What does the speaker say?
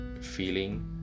Feeling